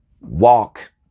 Walk